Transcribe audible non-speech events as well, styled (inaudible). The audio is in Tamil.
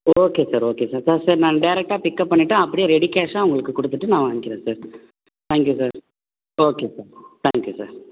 okay sir okay sir (unintelligible) sir நான் டேரெக்ட்டாக பிக்கப் பண்ணிவிட்டு அப்படியே ரெடி கேஷாக உங்களுக்கு கொடுத்துட்டு நான் வாங்கிக்கிறேன் sir thank you sir okay sir thank you sir